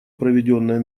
проведенное